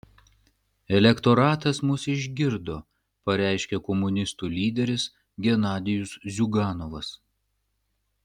elektoratas mus išgirdo pareiškė komunistų lyderis genadijus ziuganovas